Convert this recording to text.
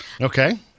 Okay